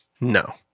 No